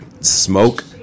Smoke